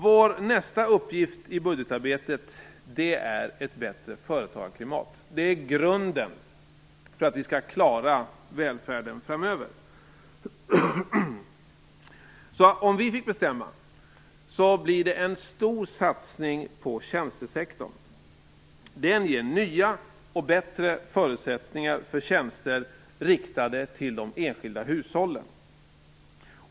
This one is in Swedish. Vår nästa uppgift i budgetarbetet är ett bättre företagarklimat. Det är grunden för att klara välfärden framöver. Om vi får bestämma, blir det en stor satsning på tjänstesektorn. Den ger nya och bättre förutsättningar för tjänster riktade till den enskilda hushållen.